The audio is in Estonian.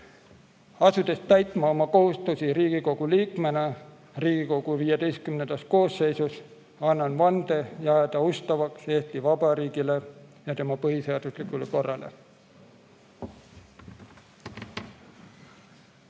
Asudes täitma oma kohustusi Riigikogu liikmena Riigikogu XV koosseisus, annan vande jääda ustavaks Eesti Vabariigile ja tema põhiseaduslikule korrale.